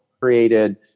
created